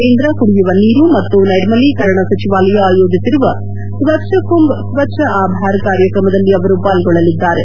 ಕೇಂದ್ರ ಕುಡಿಯುವ ನೀರು ಮತ್ತು ನೈರ್ಮಲೀಕರಣ ಸಚಿವಾಲಯ ಆಯೋಜಿಸಿರುವ ಸ್ವಚ್ವ ಕುಂಭ್ ಸ್ವಚ್ವ ಆಭಾರ್ ಕಾರ್ಯಕ್ರಮದಲ್ಲಿ ಅವರು ಪಾಲ್ಗೊಳ್ಳಲಿದ್ದಾರೆ